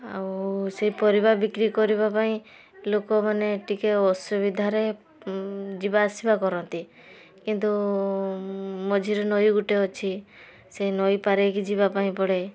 ଆଉ ସେଇ ପରିବା ବିକ୍ରି କରିବାପାଇଁ ଲୋକମାନେ ଟିକେ ଅସୁବିଧାରେ ଯିବାଆସିବା କରନ୍ତି କିନ୍ତୁ ମଝିରେ ନଈ ଗୋଟେ ଅଛି ସେ ନଈପାରି ହେଇକି ଯିବାପାଇଁ ପଡ଼େ